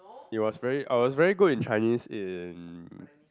it was very I was very good in Chinese in